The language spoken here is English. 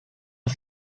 and